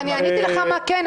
אני עניתי לך מה כן.